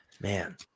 man